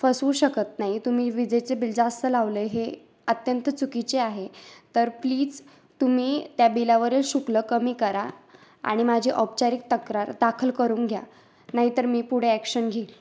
फसवू शकत नाही तुम्ही विजेचे बिल जास्त लावलं आहे हे अत्यंत चुकीचे आहे तर प्लीज तुम्ही त्या बिलावरील शुल्क कमी करा आणि माझी औपचारिक तक्रार दाखल करून घ्या नाही तर मी पुढे ॲक्शन घेईन